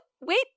wait